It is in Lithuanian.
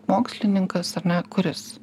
mokslininkas ar ne kuris